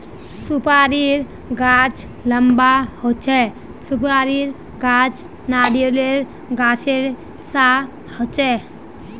सुपारीर गाछ लंबा होचे, सुपारीर गाछ नारियालेर गाछेर सा होचे